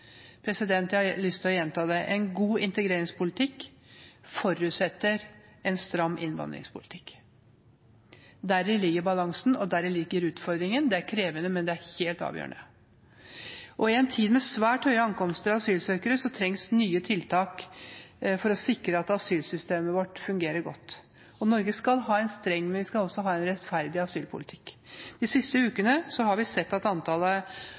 Jeg har lyst til å gjenta det: En god integreringspolitikk forutsetter en stram innvandringspolitikk – deri ligger balansen, og deri ligger utfordringen. Det er krevende, men det er helt avgjørende. I en tid med svært mange ankomster av asylsøkere trengs nye tiltak for å sikre at asylsystemet vårt fungerer godt. Norge skal ha en streng, men også en rettferdig asylpolitikk. De siste ukene har vi sett at antallet